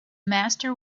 master